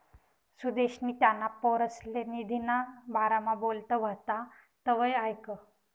सुदेशनी त्याना पोरसले निधीना बारामा बोलत व्हतात तवंय ऐकं